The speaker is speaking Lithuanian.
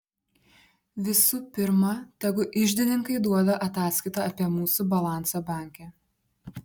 visų pirma tegu iždininkai duoda ataskaitą apie mūsų balansą banke